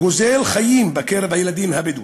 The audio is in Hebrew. גוזלים חיים בקרב הילדים הבדואים.